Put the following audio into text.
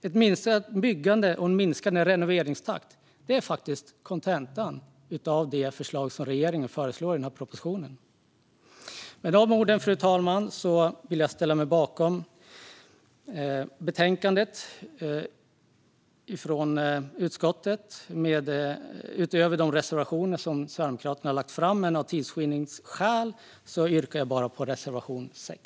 Ett minskat byggande och en minskande renoveringstakt är faktiskt kontentan av det regeringen föreslår i propositionen. Med dessa ord, fru talman, ställer jag mig bakom betänkandet från utskottet utöver de reservationer som Sverigedemokraterna har lagt fram. För tids vinnande yrkar jag bifall endast till reservation 6.